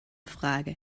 frage